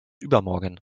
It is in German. übermorgen